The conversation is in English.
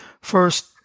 first